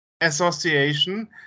association